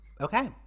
okay